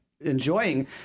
enjoying